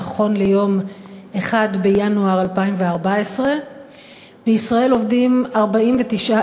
נכון ליום 1 בינואר 2014 עובדים בישראל